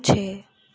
छे